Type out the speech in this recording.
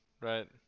right